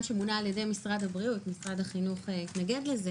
שמונה על-ידי משרד הבריאות משרד החינוך התנגד לזה